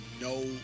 no